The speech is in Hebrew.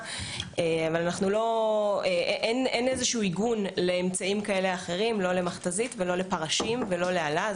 זה לא שעשינו את מצלמות הגוף ועכשיו אנחנו